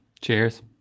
Cheers